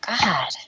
God